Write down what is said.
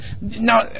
Now